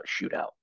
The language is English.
shootout